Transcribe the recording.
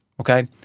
Okay